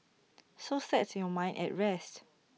so set your mind at rest